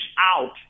out